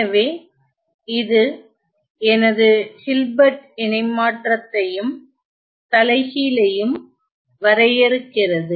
எனவே இது எனது ஹில்பர்ட் இணைமாற்றத்தையும் தலைகீழையும் வரையறுக்கிறது